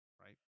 Right